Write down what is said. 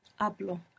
Hablo